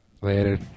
Later